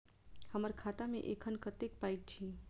हम्मर खाता मे एखन कतेक पाई अछि?